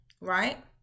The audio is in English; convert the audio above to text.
Right